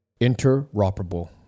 interoperable